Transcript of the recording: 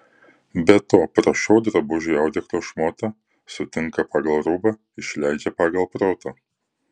be to prašau drabužiui audeklo šmotą sutinka pagal rūbą išleidžia pagal protą